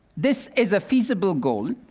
this is a feasible goal,